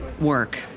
work